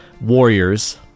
warriors